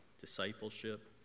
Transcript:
discipleship